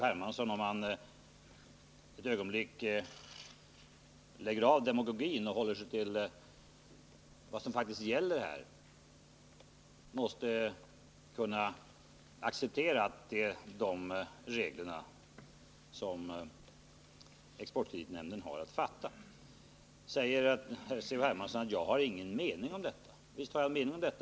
Hermansson ett ögonblick lägger av demagogin och håller sig till vad som faktiskt gäller här, så tror jag att han borde kunna acceptera de regler efter vilka Exportkreditnämnden har att fatta sina beslut. C.-H. Hermansson säger också att jag inte har någon mening om detta. Visst har jag det!